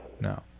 No